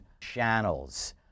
channels